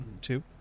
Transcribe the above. Two